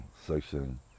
Section